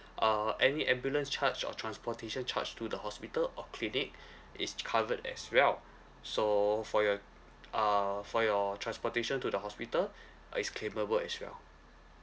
uh any ambulance charge or transportation charge to the hospital or clinic is covered as well so for your err for your transportation to the hospital uh is claimable as well